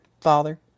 father